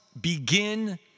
begin